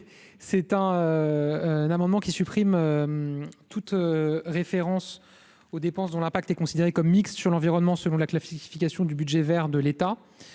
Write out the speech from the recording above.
c'est un un amendement qui supprime toute référence. Aux dépenses dont l'impact est considérée comme mixte sur l'environnement, selon la classification du budget Vert de l'État